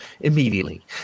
immediately